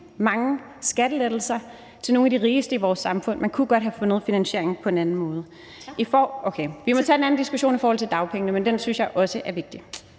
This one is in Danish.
mange skattelettelser til nogle af de rigeste i vores samfund. Man kunne godt have fundet finansieringen på en anden måde. (Første næstformand (Karen Ellemann): Tak!). Okay, vi må tage den anden diskussion i forhold til dagpengene, men den synes jeg også er vigtig.